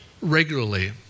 regularly